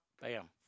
Bam